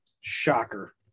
Shocker